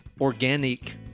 organic